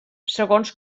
segons